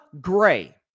Gray